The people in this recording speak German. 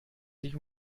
sich